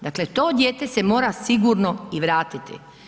Dakle, to dijete se mora sigurno i vratiti.